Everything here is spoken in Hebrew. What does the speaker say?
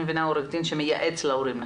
אני מבינה שהוא עו"ד שמייעץ להורים.